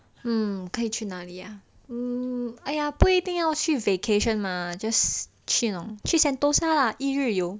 hmm 可以去哪里啊 hmm !aiya! 不一定要去 staycation mah just 去那种去 sentosa lah